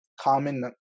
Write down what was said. common